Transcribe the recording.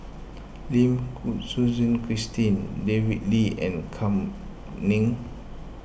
Lim Suchen Christine David Lee and Kam Ning